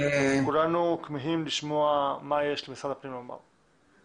כולנו כמהים לשמוע מה יש למשרד הפנים לומר.